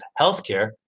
healthcare